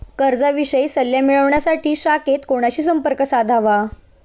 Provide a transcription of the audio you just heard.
कर्जाविषयी सल्ला मिळवण्यासाठी शाखेत कोणाशी संपर्क साधावा?